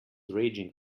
raging